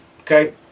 okay